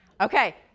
Okay